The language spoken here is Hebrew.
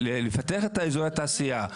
לפתח את אזור התעשיה,